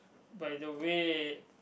by the way